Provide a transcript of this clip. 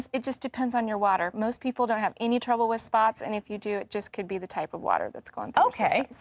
it just depends on your water. most people don't have any trouble with spots, and if you do, it just could be the type of water thats going through